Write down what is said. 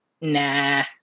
Nah